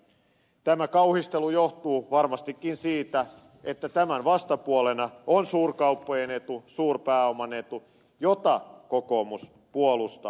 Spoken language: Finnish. tämä kauhistelu johtuu varmastikin siitä että tämän vastapuolena on suurkauppojen etu suurpääoman etu jota kokoomus puolustaa